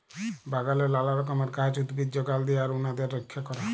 বাগালে লালা রকমের গাহাচ, উদ্ভিদ যগাল দিয়া আর উনাদের রইক্ষা ক্যরা